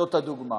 זאת הדוגמה.